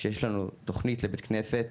שיש לנו תוכנית לבית כנסת,